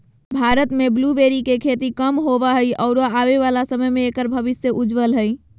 भारत में ब्लूबेरी के खेती कम होवअ हई आरो आबे वाला समय में एकर भविष्य उज्ज्वल हई